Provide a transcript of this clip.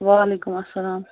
وعلیکم السلام